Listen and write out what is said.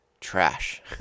trash